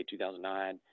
2009